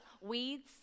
Weeds